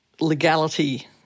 legality